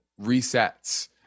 resets